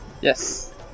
Yes